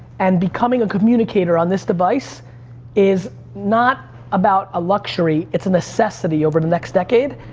and becoming a communicator on this device is not about a luxury, it's a necessity over the next decade.